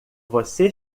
você